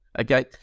okay